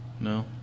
no